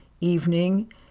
evening